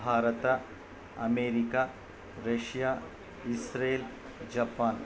Bharat America Russia Israel Japan